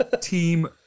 Team